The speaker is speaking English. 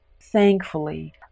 Thankfully